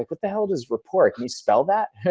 like what the hell is rapport? can you spell that?